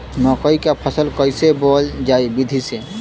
मकई क फसल कईसे बोवल जाई विधि से?